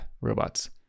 robots